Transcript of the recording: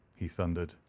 he thundered,